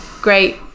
great